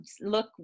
look